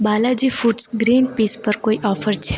Balaji foods green peas પર કોઈ offer છે